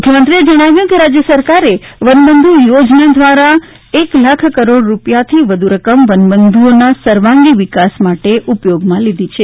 મુખ્યમંત્રીએ જણાવ્યું હતુ કે રાજ્ય સરકારે વનબંધુ યોજના દ્વારા એક લાખ કરોડ રૂપિયાથી વધુ રકમ વનબંધુઓ સર્વાંગી વિકાસ માટે ઉપયોગમાં લીધી છે